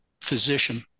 physician